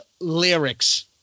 lyrics